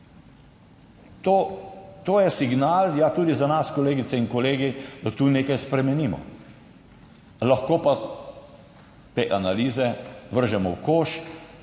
to je signal, ja, tudi za nas, kolegice in kolegi, da tu nekaj spremenimo. Lahko pa te analize vržemo v koš